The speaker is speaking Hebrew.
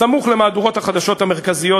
סמוך למהדורות החדשות המרכזיות,